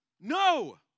No